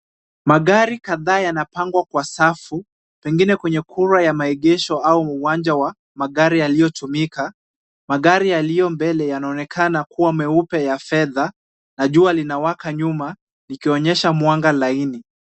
Magari kadhaa yanapangwa kwa safu, pengine kwenye kura ya maegesho au uwanja wa magari yaliyotumika. Magari yaliyo mbele yanaonekana kuwa meupe ya fedha na jua linawaka nyuma, likionyesha mwanga laini.